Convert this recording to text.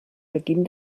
beginn